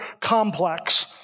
complex